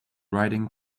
riding